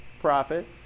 profit